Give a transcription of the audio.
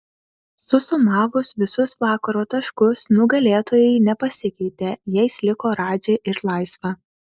susumavus visus vakaro taškus nugalėtojai nepasikeitė jais liko radži ir laisva